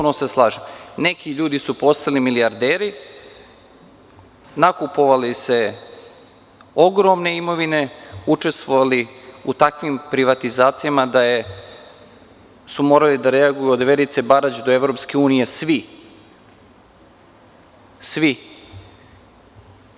Neki ljudi su postali milijarderi, nakupovali se ogromne imovine, učestvovali u takvim privatizacijama da su morali da reaguju od Verice Barać do Evropske unije svi.